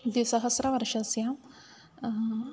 द्विसहस्रवर्षस्य